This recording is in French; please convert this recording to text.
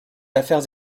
affaires